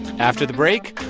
after the break,